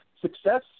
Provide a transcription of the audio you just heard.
success